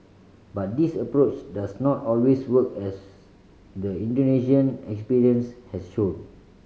but this approach does not always work as the Indonesian experience has shown